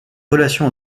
relations